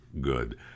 good